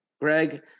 Greg